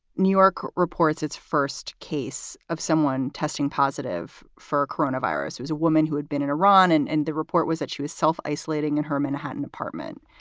new york reports its first case of someone testing positive for a coronavirus was a woman who had been in iran. and and the report was that she was self isolating in her manhattan apartment.